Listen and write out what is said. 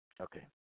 Okay